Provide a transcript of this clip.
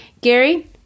Gary